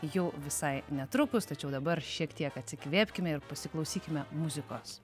jau visai netrukus tačiau dabar šiek tiek atsikvėpkime ir pasiklausykime muzikos